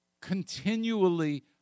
continually